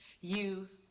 youth